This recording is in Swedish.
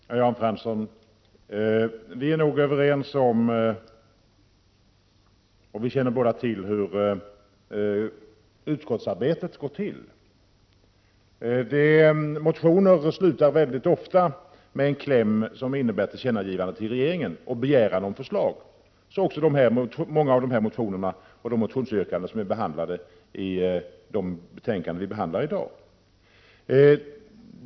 Herr talman! Jan Fransson, vi är nog överens om och vi känner båda till hur utskottsarbetet går till. Motioner slutar ofta med en kläm, som innebär ett tillkännagivande till regeringen och en begäran om förslag. Så förhåller det sig också med många av de motioner och de motionsyrkanden som tas upp i de betänkanden som vi behandlar i dag.